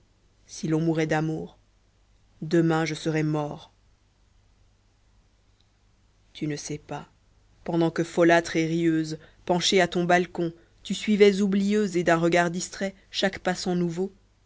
si l'on mourait d'amour demain je serais mort tu ne sais pas pendant que folâtre et rieuse penchée à ton balcon tu suivais oublieuse et d'un regard distrait chaque passant nouveau